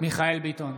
מיכאל מרדכי ביטון,